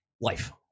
Life